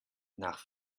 nach